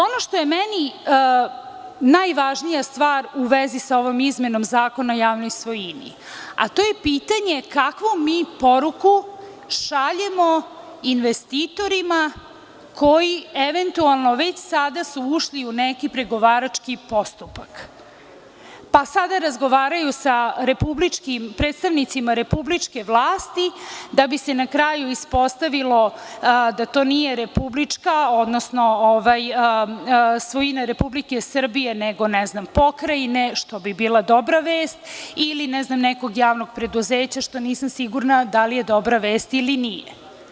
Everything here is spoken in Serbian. Ono što je meni najvažnija stvar u vezi sa ovom izmenom Zakona o javnoj svojini to je pitanje kakvu mi poruku šaljemo investitorima koji eventualno već sada su ušli u neki pregovarački postupak, pa sada razgovaraju sa predstavnicima republičke vlasti da bi se na kraju ispostavilo da to nije republička, odnosno svojina Republike Srbije nego pokrajine, što bi bila dobra vest, ili nekog javnog preduzeća, što nisam sigurna da li je dobra vest ili nije.